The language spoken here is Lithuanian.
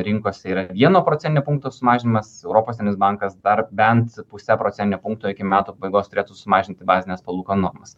rinkose yra vieno procentinio punkto sumažinimas europos centrinis bankas dar bent puse procentinio punkto iki metų pabaigos turėtų sumažinti bazines palūkanų normas